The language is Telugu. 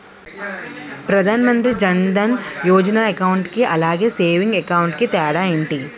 ప్రధాన్ మంత్రి జన్ దన్ యోజన అకౌంట్ కి అలాగే సేవింగ్స్ అకౌంట్ కి తేడా ఏంటి?